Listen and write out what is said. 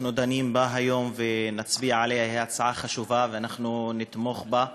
שאנחנו דנים בה היום ונצביע עליה היא הצעה חשובה ואנחנו נתמוך בה.